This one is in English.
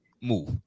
Move